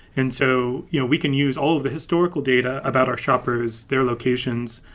and so you know we can use all of the historical data about our shoppers, their locations,